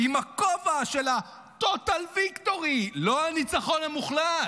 עם הכובע של TOTAL VICTORY, לא "הניצחון המוחלט",